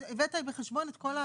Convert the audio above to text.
אז הבאת בחשבון את כל,